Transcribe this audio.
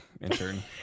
intern